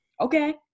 okay